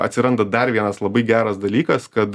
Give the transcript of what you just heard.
atsiranda dar vienas labai geras dalykas kad